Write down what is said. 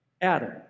Adam